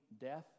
death